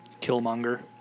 Killmonger